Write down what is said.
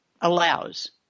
allows